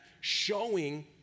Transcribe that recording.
showing